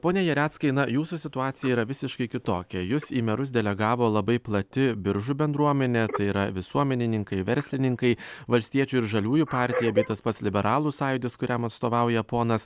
pone jareckai na jūsų situacija yra visiškai kitokia jus į merus delegavo labai plati biržų bendruomenė tai yra visuomenininkai verslininkai valstiečių ir žaliųjų partija bet tas pats liberalų sąjūdis kuriam atstovauja ponas